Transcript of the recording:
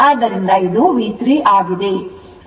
ಆದ್ದರಿಂದ ಇದು V3 ಆಗಿದೆ